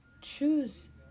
Choose